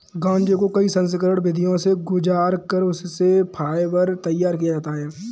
गांजे को कई संस्करण विधियों से गुजार कर उससे फाइबर तैयार किया जाता है